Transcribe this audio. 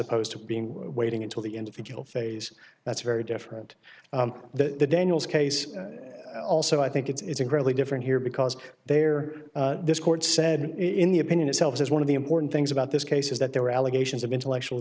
opposed to being waiting until the individual phase that's very different the daniels case also i think it's incredibly different here because there this court said in the opinion itself as one of the important things about this case is that there were allegations of intellectual